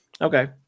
Okay